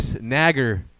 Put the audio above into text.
Nagger